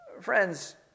Friends